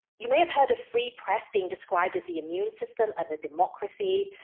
you may have heard free press being described as the immune system of a democracy,